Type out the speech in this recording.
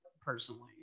personally